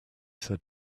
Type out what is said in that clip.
said